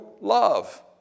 love